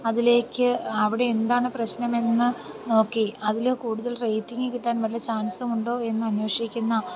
അതിലേക്ക് അവിടെ എന്താണ് പ്രശ്നമെന്ന് നോക്കി അതിൽ കൂടുതൽ റേറ്റിങ്ങ് കിട്ടാൻ വല്ല ചാൻസുമുണ്ടോ എന്ന് അന്വേഷിക്കുന്ന